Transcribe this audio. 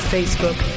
Facebook